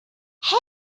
hey